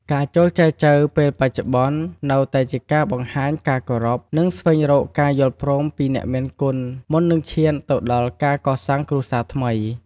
ការចូលចែចូវពេលបច្ចុប្បន្ន នៅតែជាការបង្ហាញការគោរព និងស្វែងរកការយល់ព្រមពីអ្នកមានគុណមុននឹងឈានទៅដល់ការកសាងគ្រួសារថ្មី។